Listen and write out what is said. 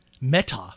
Meta